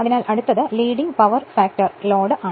അതിനാൽ അടുത്തത് leading power factor load ആണ്